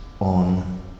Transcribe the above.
on